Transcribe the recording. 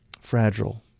fragile